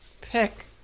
pick